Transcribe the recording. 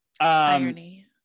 Irony